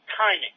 timing